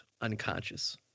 Unconscious